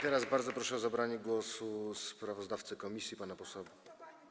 Teraz bardzo proszę o zabranie głosu sprawozdawcę komisji, pana posła.